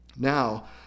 Now